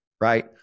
right